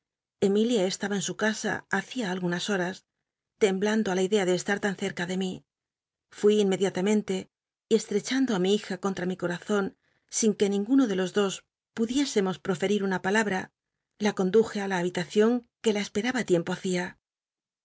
emilia estaba en su cas r hacia algunas horas temblando i la idea de esuu tan crea de mi l ui inmediatamente y cslrcchantlo ri mi hija contra mi coazon sin que ninguno de los dos pudiésemos pol'ci una palabra la conduje ü la habitacion uc la esperaba tiempo hacia